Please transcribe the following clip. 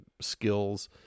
skills